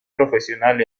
profesional